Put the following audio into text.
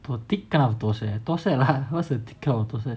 thick kind of thosai thosai lah what is a thick kind of thosai